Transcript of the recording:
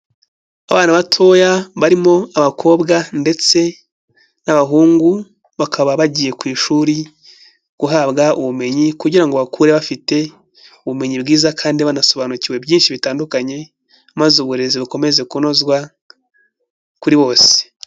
Abana batoya barimo abakobwa ndetse n'abahungu, bakaba bagiye ku ishuri guhabwa ubumenyi kugira ngo bakure bafite ubumenyi bwiza kandi banasobanukiwe byinshi bitandukanye, maze uburezi bukomeze kunozwa kuri bose.